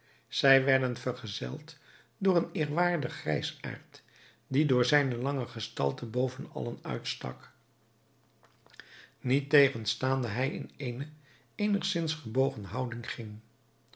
zij werden vergezeld door een eerwaardig grijsaard die door zijne lange gestalte boven allen uitstak niettegenstaande hij in eene eenigzins gebogen houding ging